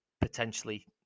potentially